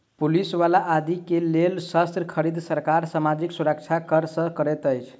police बल आदि के लेल शस्त्र खरीद, सरकार सामाजिक सुरक्षा कर सँ करैत अछि